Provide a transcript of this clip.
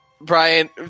Brian